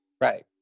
right